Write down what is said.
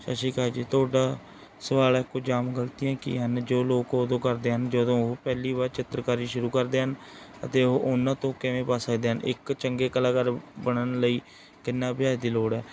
ਸਤਿ ਸ਼੍ਰੀ ਅਕਾਲ ਜੀ ਤੁਹਾਡਾ ਸਵਾਲ ਹੈ ਕੁਝ ਆਮ ਗਲਤੀਆਂ ਕੀ ਹਨ ਜੋ ਲੋਕ ਉਦੋਂ ਕਰਦੇ ਹਨ ਜਦੋਂ ਉਹ ਪਹਿਲੀ ਵਾਰ ਚਿੱਤਰਕਾਰੀ ਸ਼ੁਰੂ ਕਰਦੇ ਹਨ ਅਤੇ ਉਹ ਉਹਨਾਂ ਤੋਂ ਕਿਵੇਂ ਬਚ ਸਕਦੇ ਹਨ ਇੱਕ ਚੰਗਾ ਕਲਾਕਾਰ ਬਣਨ ਲਈ ਕਿੰਨੇ ਅਭਿਆਸ ਲੋੜ ਹੈ